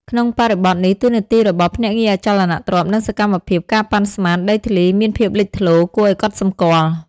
ក្នុងបរិបទនេះ តួនាទីរបស់ ភ្នាក់ងារអចលនទ្រព្យ និងសកម្មភាព ការប៉ាន់ស្មាន ដីធ្លី មានភាពលេចធ្លោគួរឲ្យកត់សម្គាល់។